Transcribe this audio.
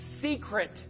secret